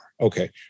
Okay